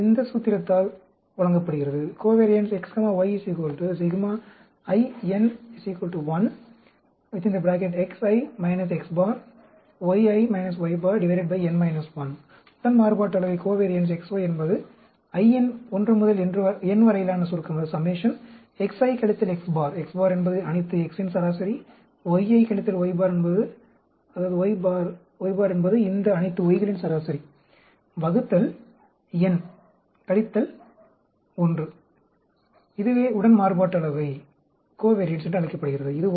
இது இந்த சூத்திரத்தால் வழங்கப்படுகிறது உடன் மாறுபாட்டளவை X Y என்பது i இன் 1 முதல் n வரையிலான சுருக்கம் X i கழித்தல் X பார் X பார் என்பது அனைத்து X இன் சராசரி Y i கழித்தல் Y பார் Y பார் என்பது இந்த அனைத்து Y களின் சராசரி வகுத்தல் n கழித்தல் 1 இதுவே உடன் மாறுபாட்டளவை என்று அழைக்கப்படுகிறது